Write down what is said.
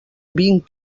vint